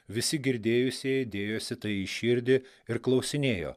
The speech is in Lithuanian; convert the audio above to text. visi girdėjusieji dėjosi tai į širdį ir klausinėjo